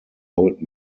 old